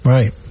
Right